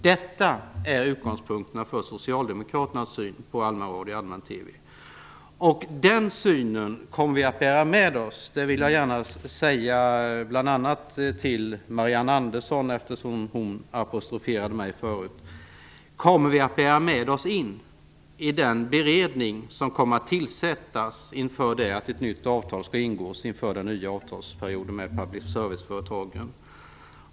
Detta är utgångspunkten för socialdemokraternas syn på allmänradio och allmän-TV, och den synen kommer vi att bära med oss - det vill jag gärna säga bl.a. till Marianne Andersson, eftersom hon apostroferade mig förut - in i den beredning som kommer att tillsättas inför att ett nytt avtal skall ingås med public service-företagen inför den nya avtalsperioden.